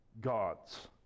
gods